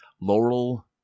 Laurel